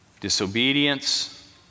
disobedience